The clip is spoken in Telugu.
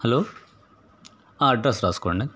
హలో అడ్రస్ రాసుకోండి